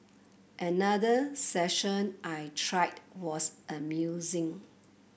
another session I tried was amusing